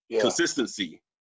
Consistency